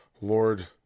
Lord